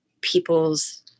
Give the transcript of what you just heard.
People's